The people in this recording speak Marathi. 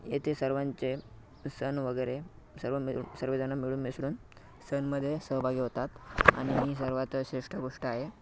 येथे सर्वांचे सण वगैरे सर्व मिळू सर्वजण मिळून मिसळून सणामध्ये सहभागी होतात आणि सर्वात शिष्ट गोष्ट आहे